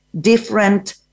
different